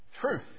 Truth